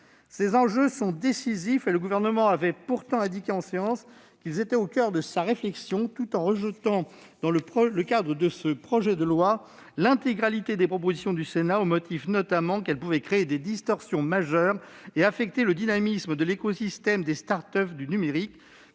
Ces enjeux sont décisifs, et le Gouvernement avait pourtant indiqué en séance qu'ils étaient au coeur de sa réflexion. Mais il a rejeté l'intégralité des propositions du Sénat, au motif, notamment, qu'elles pourraient créer des distorsions majeures et affecter le dynamisme de l'écosystème des start-up du numérique,